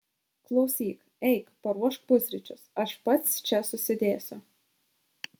klausyk eik paruošk pusryčius aš pats čia susidėsiu